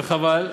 וחבל,